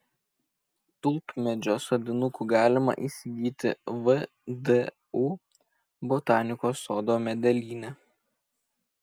tulpmedžio sodinukų galima įsigyti vdu botanikos sodo medelyne